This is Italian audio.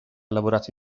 lavorato